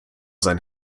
sein